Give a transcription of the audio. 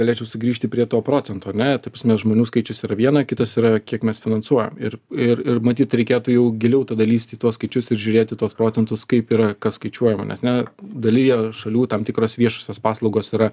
galėčiau sugrįžti prie to procento ar ne ta prasme žmonių skaičius yra viena kitas yra kiek mes finansuojam ir ir ir matyt reikėtų jau giliau tada lįst į tuos skaičius ir žiūrėt į tuos procentus kaip yra kas skaičiuojama nes ne dalyje šalių tam tikros viešosios paslaugos yra